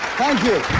thank you.